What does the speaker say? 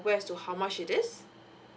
aware as to how much it is